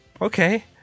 Okay